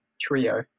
trio